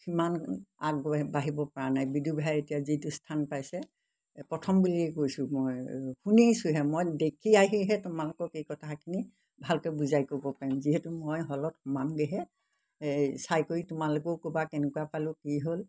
সিমান আগবঢ়াই বাঢ়িবপৰা নাই বিদুৰভাই এতিয়া যিটো স্থান পাইছে প্ৰথম বুলিয়ে কৈছোঁ মই শুনিছোঁহে মই দেখি আহিহে তোমালোকক এই কথাখিনি ভালকৈ বুজাই ক'ব পাৰিম যিহেতু মই হলত সোমামগৈহে এই চাই কৰি তোমালোকেও ক'বা কেনেকুৱা পালোঁ কি হ'ল